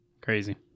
Crazy